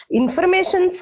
information